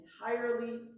entirely